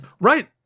right